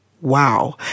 wow